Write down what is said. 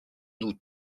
août